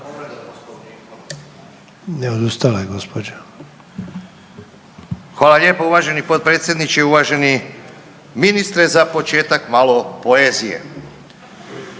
Hvala lijepo uvaženi potpredsjedniče i uvaženi ministre. Za početak malo poezije. Na